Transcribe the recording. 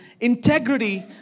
integrity